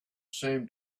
same